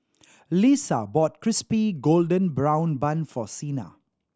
Lesa bought Crispy Golden Brown Bun for Sina